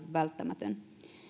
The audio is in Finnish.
välttämätön